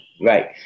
right